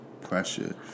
pressure